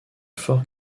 fort